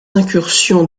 incursions